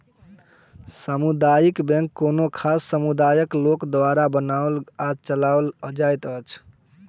सामुदायिक बैंक कोनो खास समुदायक लोक द्वारा बनाओल आ चलाओल जाइत अछि